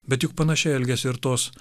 bet juk panašiai elgiasi ir tos